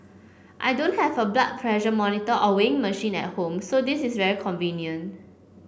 I don't have a blood pressure monitor or weighing machine at home so this is very convenient